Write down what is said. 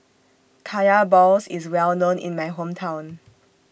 Kaya Balls IS Well known in My Hometown